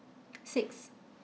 six